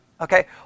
Okay